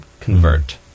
convert